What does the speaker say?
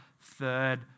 third